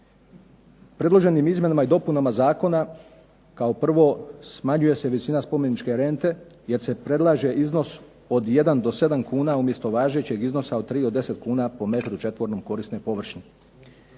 Predloženim izmjenama i dopunama zakona kao prvo smanjuje se visina spomeničke rente, jer se predlaže iznos od jedan do sedam kuna, umjesto važećeg iznosa od tri do deset kuna po metru četvornom korisne površine.